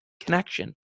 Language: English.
connection